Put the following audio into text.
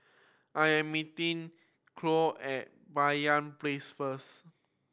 I am meeting Cloyd at Banyan Place first